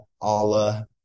Allah